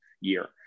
year